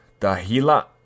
Dahila